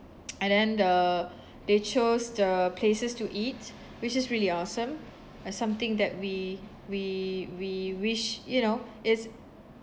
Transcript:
and then the they chose the places to eat which is really awesome uh something that we we we wish you know it's